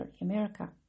America